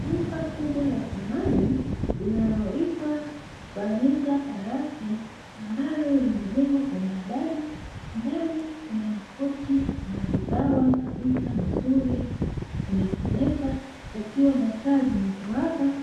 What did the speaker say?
Duka kubwa la samani linaloitwa fanicha parase ambalo limejengwa kwa umalidadi, ndani kuna makochi maridhawa kabisa mazuri yaku nesa nesa, kikiwa taa zinazowaka